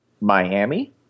Miami